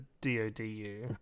Dodu